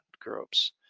groups